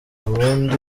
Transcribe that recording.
ubundi